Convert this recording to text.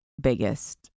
biggest